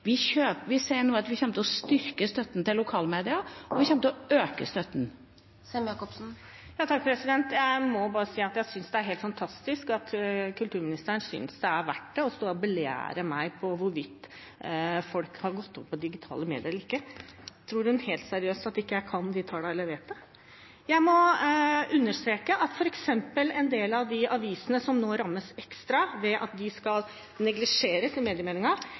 Vi sier nå at vi kommer til å styrke støtten til lokalmedia. Vi kommer til å øke støtten. Åslaug Sem-Jacobsen – til oppfølgingsspørsmål. Jeg må bare si at jeg synes det er helt fantastisk at kulturministeren synes det er verdt å stå her og belære meg om hvorvidt folk har gått over på digitale medier eller ikke. Tror hun helt seriøst at ikke jeg kan de tallene, eller vet det? Jeg må understreke at f.eks. en del av de avisene som nå rammes ekstra ved at de skal neglisjeres i